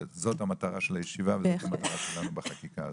שזאת המטרה של הישיבה וזאת המטרה שלנו בחקיקה הזאת.